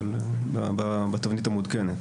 בתבנית המעודכנת.